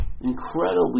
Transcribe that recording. incredibly